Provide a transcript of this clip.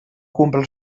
comprar